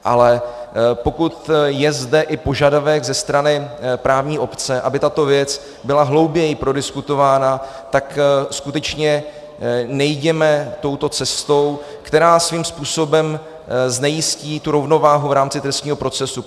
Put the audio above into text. Ale pokud je zde požadavek i ze strany právní obce, aby tato věc byla hlouběji prodiskutována, tak skutečně nejděme touto cestou, která svým způsobem znejistí tu rovnováhu v rámci trestního procesu.